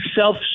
self